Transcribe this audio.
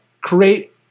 create